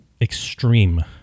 extreme